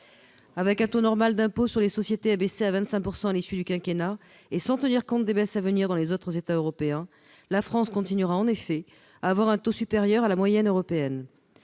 Avec un taux normal d'impôt sur les sociétés abaissé à 25 % à l'issue du quinquennat, et sans tenir compte des baisses à venir dans les autres États européens, la France continuera en effet à avoir un taux supérieur à la moyenne européenne.